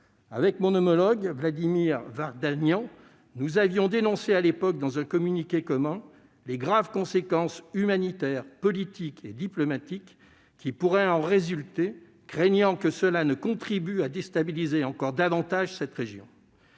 Avec mon homologue, Vladimir Vardanyan, nous avions dénoncé dans un communiqué commun « les graves conséquences humanitaires, politiques et diplomatiques qui pourraient en résulter, craignant que cela ne contribue à déstabiliser encore davantage cette région